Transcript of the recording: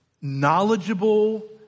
knowledgeable